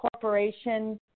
corporation –